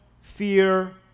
fear